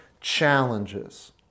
challenges